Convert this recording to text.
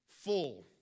full